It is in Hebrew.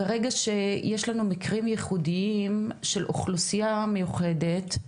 ברגע שיש לנו מקרים ייחודיים של אוכלוסייה מיוחדת,